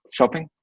Shopping